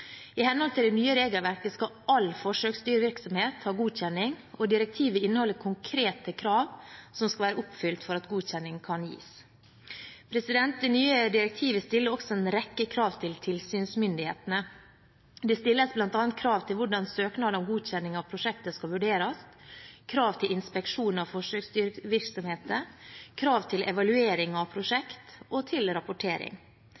I henhold til det nye regelverket skal all forsøksdyrvirksomhet ha godkjenning, og direktivet inneholder konkrete krav som skal være oppfylt for at godkjenning kan gis. Det nye direktivet stiller også en rekke krav til tilsynsmyndighetene. Det stilles bl.a. krav til hvordan søknader om godkjenning av prosjekter skal vurderes, krav til inspeksjon av forsøksdyrvirksomheter, krav til evaluering av prosjekter og til rapportering.